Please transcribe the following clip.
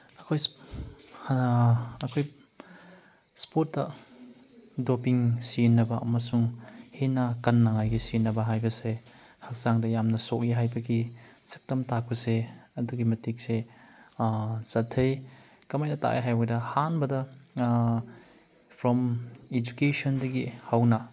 ꯑꯩꯈꯣꯏ ꯏꯁꯄꯣꯔꯠꯇ ꯗꯣꯞꯄꯤꯡ ꯁꯤꯖꯤꯟꯅꯕ ꯑꯃꯁꯨꯡ ꯍꯦꯟꯅ ꯀꯟꯅꯉꯥꯏꯒꯤ ꯁꯤꯖꯤꯟꯅꯕ ꯍꯥꯏꯕꯁꯦ ꯍꯛꯆꯥꯡꯗ ꯌꯥꯝꯅ ꯁꯣꯛꯏ ꯍꯥꯏꯕꯒꯤ ꯁꯛꯇꯝ ꯇꯥꯛꯄꯁꯦ ꯑꯗꯨꯒꯤ ꯃꯇꯤꯛꯁꯦ ꯆꯠꯊꯩ ꯀꯃꯥꯏꯅ ꯇꯥꯛꯑꯦ ꯍꯥꯏꯕꯗ ꯑꯍꯥꯟꯕꯗ ꯐ꯭ꯔꯣꯝ ꯏꯖꯨꯀꯦꯁꯟꯗꯒꯤ ꯍꯧꯅ